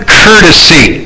courtesy